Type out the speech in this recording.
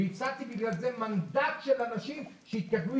והפסדתי בגלל זה מנדט של אנשים שהתכתבו